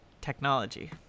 technology